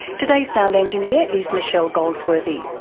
today's sound engineer is michelle goldsworthy,